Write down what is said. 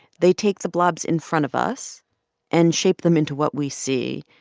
they take the blobs in front of us and shape them into what we see.